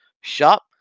shop